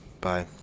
Bye